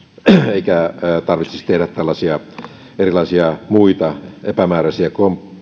eikä tarvitsisi tehdä tällaisia muita epämääräisiä